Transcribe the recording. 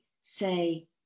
say